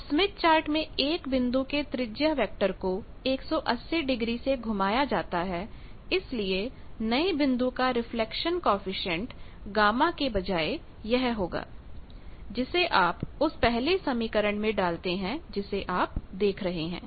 अब Smith chart में एक बिंदु के त्रिज्या वेक्टर को 180 डिग्री से घुमाया जाता है इसलिए नए बिंदु का रिफ्लेक्शन कॉएफिशिएंट गामा के बजाय यह Γ e jπ होगा जिसे आप उस पहले समीकरण में डालते हैं जिसे आप देख रहे हैं